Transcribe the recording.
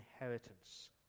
inheritance